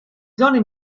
zone